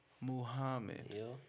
Muhammad